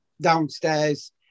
downstairs